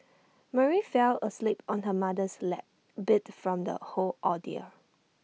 Mary fell asleep on her mother's lap beat from the whole ordeal